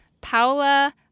Paula